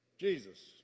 Jesus